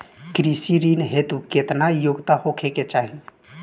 कृषि ऋण हेतू केतना योग्यता होखे के चाहीं?